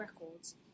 records